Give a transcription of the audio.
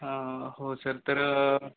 हा हो सर तर